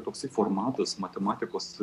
toksai formatas matematikos